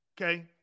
Okay